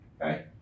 okay